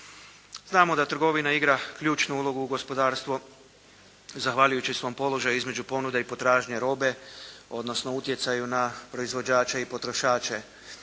Znamo da trgovina igra ključnu ulogu u gospodarstvu zahvaljujući svom položaju između ponude i potražnje robe, odnosno utjecaju na proizvođače i potrošače.